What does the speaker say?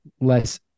less